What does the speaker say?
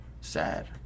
sad